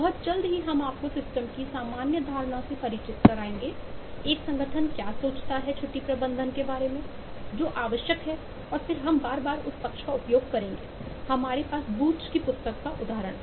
बहुत जल्द ही हम आपको सिस्टम की सामान्य धारणा से परिचित कराएंगे एक संगठन क्या सोचता है छुट्टी प्रबंधन के बारे में जो आवश्यक है और फिर हम बार बार उस पक्ष का उपयोग करेंगे हमारे पास बूच की पुस्तक के उदाहरण है